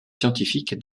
scientifique